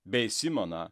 bei simoną